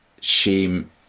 shame